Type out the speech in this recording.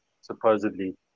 supposedly